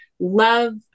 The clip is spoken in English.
love